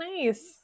nice